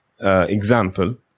example